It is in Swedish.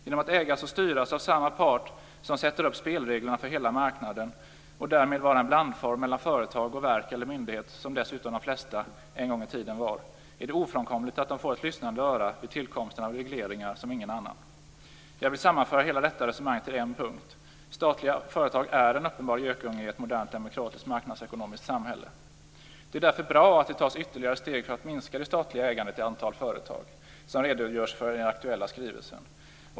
Genom att ägas och styras av samma part, som sätter upp spelreglerna för hela marknaden, och därmed vara en blandform mellan företag och verk eller myndighet, som dessutom de flesta en gång i tiden var, är det ofrånkomligt att de får ett lyssnande öra som ingen annan vid tillkomsten av regleringar. Jag vill sammanföra hela detta resonemang till en punkt: Statliga företag är en uppenbar gökunge i ett modernt, demokratiskt och marknadsekonomiskt samhälle. Det är därför bra att det tas ytterligare steg för att minska det statliga ägandet i ett antal företag, som det redogörs för i den aktuella skrivelsen.